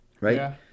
right